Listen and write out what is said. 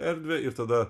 erdvę ir tada